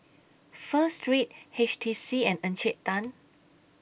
Pho Street H T C and Encik Tan